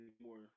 anymore